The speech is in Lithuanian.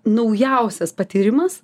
naujausias patyrimas